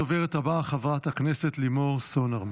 הדוברת הבאה, חברת הכנסת לימור סון הר מלך.